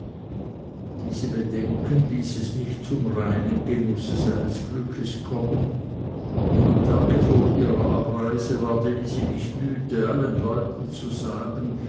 diese bedenken ließen es nicht zum reinen genusse seines glückes kommen am tage vor ihrer abreise ward elisi nicht müde allen leuten zu sagen